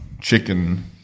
chicken